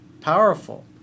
powerful